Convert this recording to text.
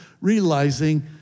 realizing